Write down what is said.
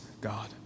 God